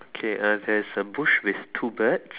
okay uh there's a bush with two birds